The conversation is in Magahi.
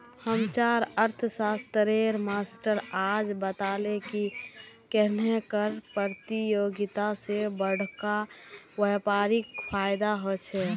हम्चार अर्थ्शाश्त्रेर मास्टर आज बताले की कन्नेह कर परतियोगिता से बड़का व्यापारीक फायेदा होचे